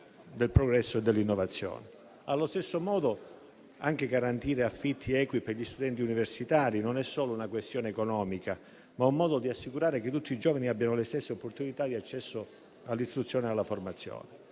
Allo stesso modo anche garantire affitti equi per gli studenti universitari non è solo una questione economica, ma un modo di assicurare che tutti i giovani abbiano le stesse opportunità di accesso all'istruzione e alla formazione.